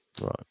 Right